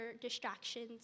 distractions